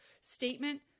statement